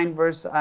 verse